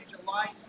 July